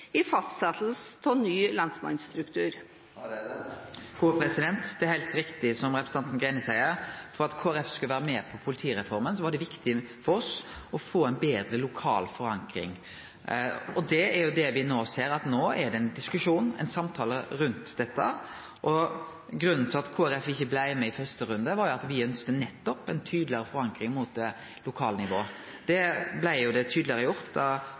i fastsettelsen av ny lensmannsstruktur? Det er heilt riktig som representanten Greni seier, at for at Kristeleg Folkeparti skulle bli med på politireforma, var det viktig for oss å få ei betre lokal forankring. Det er det me no ser, at det er ein diskusjon og ein samtale rundt dette. Og grunnen til at Kristeleg Folkeparti ikkje blei med i første runde, var at me ønskte nettopp ei tydelegare forankring mot det lokale nivået. Det blei